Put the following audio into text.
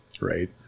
right